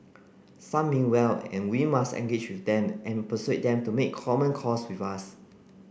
some mean well and we must engage with them and persuade them to make common cause with us